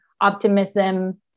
optimism